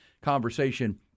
conversation